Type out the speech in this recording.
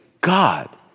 God